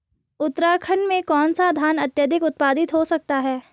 उत्तराखंड में कौन सा धान अत्याधिक उत्पादित हो सकता है?